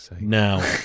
now